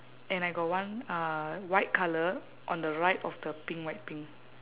and I got one uh white colour on the right of the pink white pink